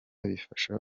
bifasha